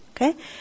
okay